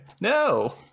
No